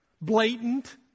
blatant